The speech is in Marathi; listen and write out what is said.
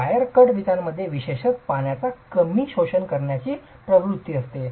वायर कट विटामध्ये विशेषत पाण्याचा कमी शोषण करण्याची प्रवृत्ती असते